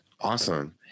Awesome